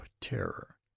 terror